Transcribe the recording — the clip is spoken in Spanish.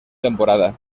temporada